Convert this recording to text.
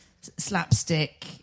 slapstick